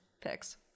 picks